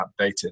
updated